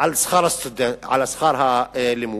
על שכר הלימוד,